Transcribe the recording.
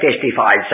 testified